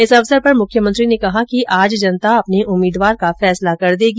इस अवसर पर मुख्यमंत्री ने कहा कि आज जनता अपने उम्मीदवार का फैसला कर देगी